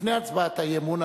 לפני הצבעת האי-אמון,